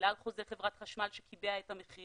בגלל חוזה חברת חשמל שקיבע את המחיר.